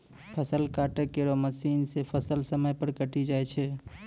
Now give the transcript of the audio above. फसल काटै केरो मसीन सें फसल समय पर कटी जाय छै